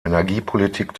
energiepolitik